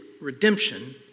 redemption